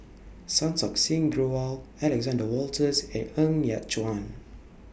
Santokh Singh Grewal Alexander Wolters and Ng Yat Chuan